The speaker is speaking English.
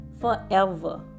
forever